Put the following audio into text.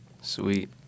Sweet